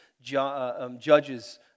Judges